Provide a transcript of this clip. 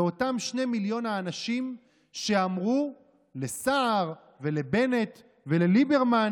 אותם שני מיליון האנשים שאמרו לסער ולבנט ולליברמן,